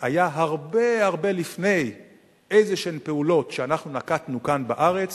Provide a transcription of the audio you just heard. היה הרבה לפני פעולות שאנחנו נקטנו כאן בארץ